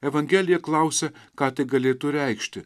evangelija klausia ką tai galėtų reikšti